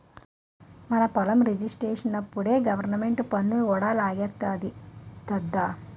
మన పొలం రిజిస్ట్రేషనప్పుడే గవరమెంటు పన్ను కూడా లాగేస్తాది దద్దా